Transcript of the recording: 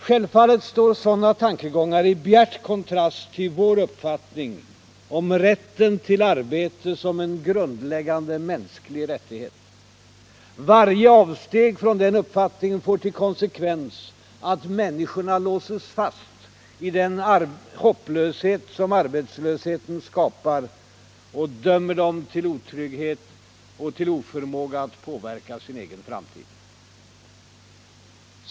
Självfallet står sådana tankegångar i bjärt kontrast till vår uppfattning om rätten till arbete som en grundläggande mänsklig rättighet. Varje avsteg från denna uppfattning får till konsekvens att människorna låses fast i den hopplöshet som arbetslösheten skapar och dömer dem till otrygghet och till oförmåga att påverka sin egen framtid.